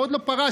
שעוד לא פרש,